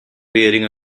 wearing